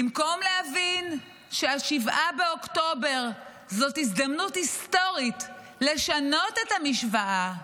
במקום להבין ש-7 באוקטובר זו הזדמנות היסטורית לשנות את המשוואה,